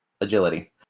agility